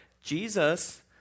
Jesus